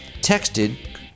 texted